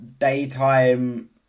daytime